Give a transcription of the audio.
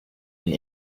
and